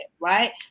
right